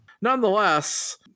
Nonetheless